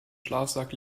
schlafsack